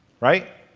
right?